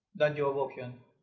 the job auction,